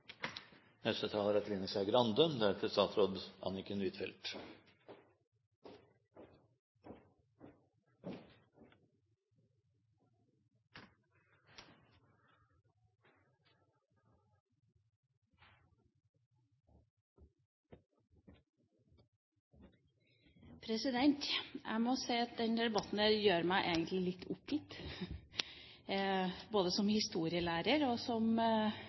Jeg må si at denne debatten egentlig gjør meg litt oppgitt, både som historielærer og som